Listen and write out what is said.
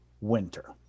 winter